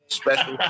special